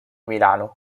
milano